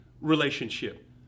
relationship